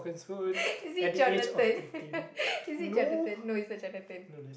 is it Jonathan is it Jonathan no it's not Jonathan